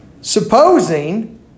Supposing